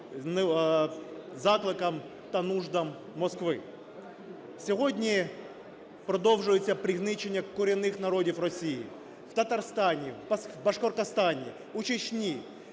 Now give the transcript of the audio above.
закликам та нуждам Москви. Сьогодні продовжується пригнічення корінних народів Росії. В Татарстані, Башкортостані, у Чечні,